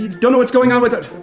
don't know what's going on with it.